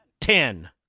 Ten